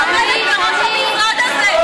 את עומדת בראש המשרד הזה.